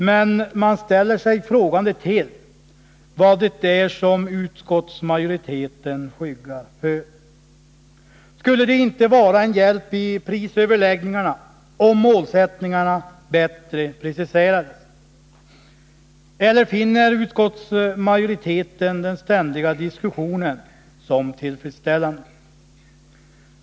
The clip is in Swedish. Men jag ställer mig frågande till vad det är som utskottsmajoriteten skyggar för. Skulle det inte vara en hjälp i prisöverläggningarna, om målsättningarna bättre preciserades? Eller finner utskottsmajoriteten den ständiga diskussionen tillfredsställande?